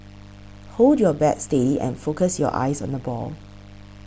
hold your bat steady and focus your eyes on the ball